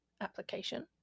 application